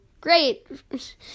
great